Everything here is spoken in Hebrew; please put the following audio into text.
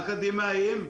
אקדמאיים,